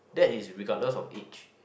that is regardless of each